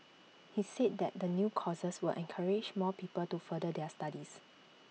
he said that the new courses will encourage more people to further their studies